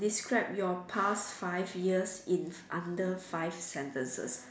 describe your past five years in under five sentences